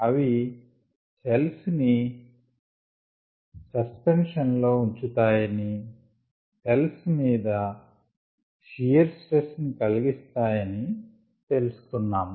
అవి సెల్స్ ని సస్పెన్షన్ లో ఉంచుతాయని సెల్స్ మీద షియర్ స్ట్రెస్ ని కలిగిస్తాయని తెలిసి కొన్నాము